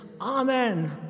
Amen